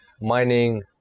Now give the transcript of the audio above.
mining